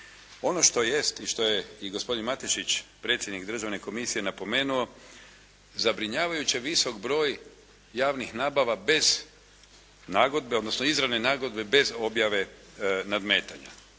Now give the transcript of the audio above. Ono što jest i što je i gospodin Matešić predsjednik državne komisije napomenuo zabrinjavajuće visok broj javnih nabava bez nagodbe odnosno izravne nagodbe bez objave nadmetanja.